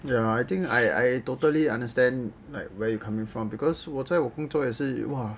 ya I think I totally understand where you're coming from because 我在我工作也是哇